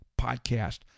Podcast